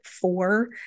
four